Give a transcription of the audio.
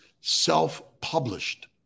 self-published